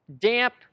Damp